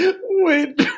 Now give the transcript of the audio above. Wait